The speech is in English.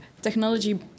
technology